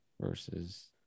Versus